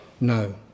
No